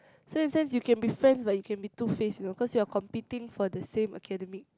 so in sense you can be friends but you can be two face lor cause you are competing for the same academic